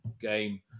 game